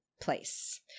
place